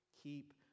Keep